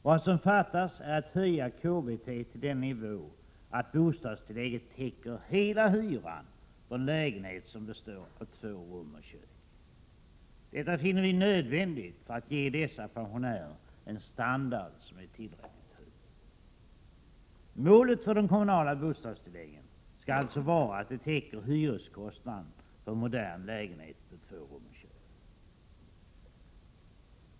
Vad som fattas är att höja KBT till den nivån, att bostadstillägget täcker hela hyran för en lägenhet som består av 2 rum och kök. Detta finner vi nödvändigt för att ge dessa pensionärer en standard som är tillräckligt hög. Målet för de kommunala bostadstilläggen skall alltså vara att de täcker hyreskostnaden för en modern lägenhet på 2 rum och kök.